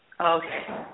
Okay